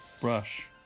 brush